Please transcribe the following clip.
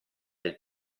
del